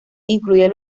incluye